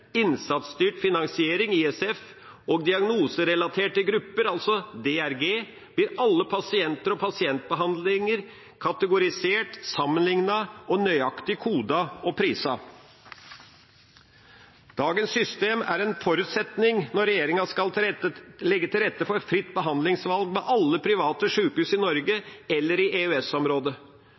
innsatsstyrt finansiering, ISF, og diagnoserelaterte grupper, altså DRG, blir alle pasienter og pasientbehandlinger kategorisert, sammenlignet og nøyaktig kodet og priset. Dagens system er en forutsetning når regjeringa skal legge til rette for fritt behandlingsvalg ved alle private sjukehus i Norge eller i